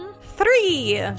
Three